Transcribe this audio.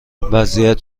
وضعیت